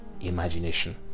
imagination